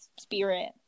spirit